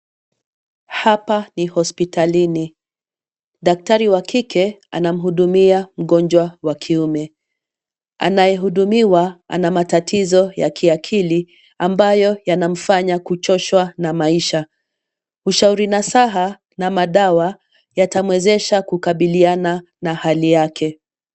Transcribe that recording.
Hapa ni hospitalini, daktari wa kike anamhudumia mgonjwa wa kiume, anayehudumiwa, ana matatizo ya kiakili, ambayo yanamfanya kuchoshwa na maisha, ushauri nasaha, na madawa, yatamwezesha kukabiliana na hali yake.